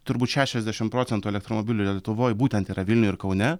turbūt šešiasdešim procentų elektromobilių lietuvoj būtent yra vilniuj ir kaune